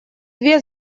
две